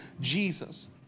Jesus